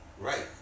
Right